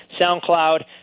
SoundCloud